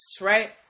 right